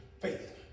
faith